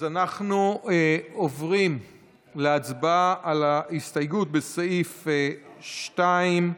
אנחנו עוברים להצבעה על ההסתייגות לסעיף 2,